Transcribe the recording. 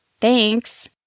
Thanks